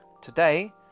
today